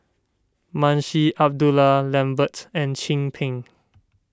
Munshi Abdullah Lambert and Chin Peng